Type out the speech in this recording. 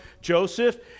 Joseph